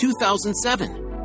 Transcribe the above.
2007